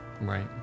Right